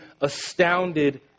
astounded